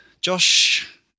Josh